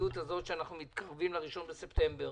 מהמציאות הזו, שאנחנו מתקרבים ל-1 בספטמבר